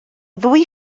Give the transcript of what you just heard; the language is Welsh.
ddwy